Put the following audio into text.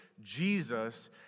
Jesus